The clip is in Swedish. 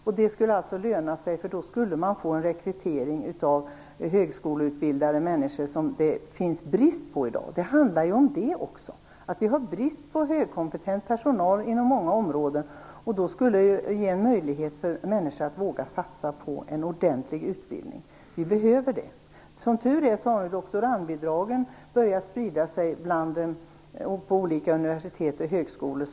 En studielön skulle löna sig, för man skulle få en rekrytering av högskoleutbildade människor som det finns brist på i dag. Det handlar om det också. Vi har brist på högkompetent personal inom många områden. Studielön skulle ge människor en möjlighet att satsa på en ordentlig utbildning. Vi behöver det. Som tur är har doktorandbidragen börjat sprida sig bland olika universitet och högskolor.